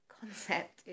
concept